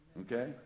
Okay